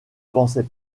pensais